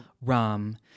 rum